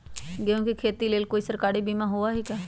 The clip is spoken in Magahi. गेंहू के खेती के लेल कोइ सरकारी बीमा होईअ का?